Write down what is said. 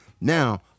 now